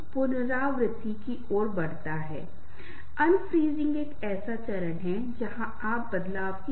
रिश्ता कभी कभी अपने आप भी बन जाता है लेकिन कई बार हमें दूसरों के साथ संबंध बनाना पड़ता है